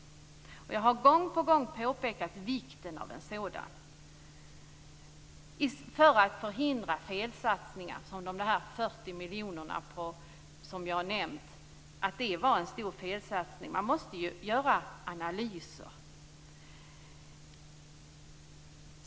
Jag har gång på gång påpekat hur viktigt det är med konsekvensanalyser för att förhindra felsatsningar, som de 40 miljonerna som jag redan har nämnt. Man måste göra analyser.